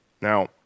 Now